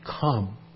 come